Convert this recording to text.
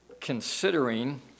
considering